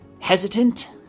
hesitant